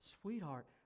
Sweetheart